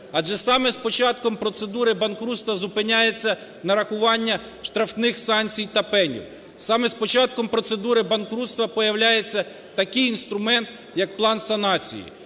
адже саме з початком процедури банкрутства зупиняється нарахування штрафних санкцій та пені. Саме з початком процедури банкрутства появляється такий інструмент, як план санації.